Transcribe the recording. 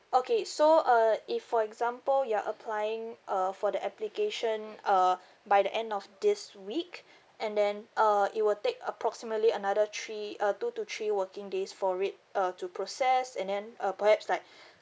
okay so uh if for example you're applying uh for the application uh by the end of this week and then uh it will take approximately another three uh two to three working days for it uh to process and then uh perhaps like